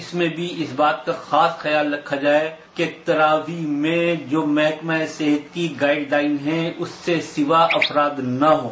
इसमें भी इस बात का खास ख्याल रखा जाए कि तरावीह में जो महकमा ए सेहत की गाइडलाइन हैं उससे सिवा अफराद न हों